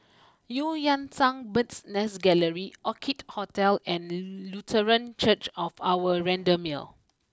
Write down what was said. Eu Yan Sang Bird's Nest Gallery Orchid Hotel and Lutheran Church of Our Redeemer